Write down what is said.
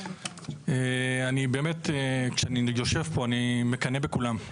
אני באמת כשאני יושב פה אני מקנא בכולם,